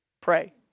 Pray